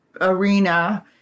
arena